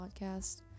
podcast